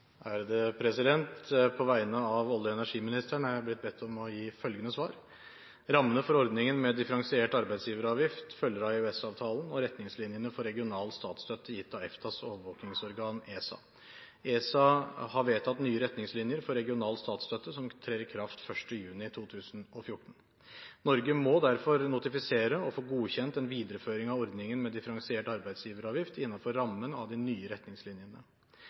På vegne av olje- og energiministeren er jeg blitt bedt om å gi følgende svar: Rammene for ordningen med differensiert arbeidsgiveravgift følger av EØS-avtalen og retningslinjene for regional statsstøtte gitt av EFTAs overvåkingsorgan, ESA. ESA har vedtatt nye retningslinjer for regional statsstøtte som trer i kraft 1. juni 2014. Norge må derfor notifisere og få godkjent en videreføring av ordningen med differensiert arbeidsgiveravgift innenfor rammen av de nye retningslinjene.